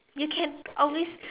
you can always